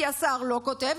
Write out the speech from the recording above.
כי השר לא כותב,